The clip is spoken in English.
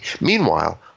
Meanwhile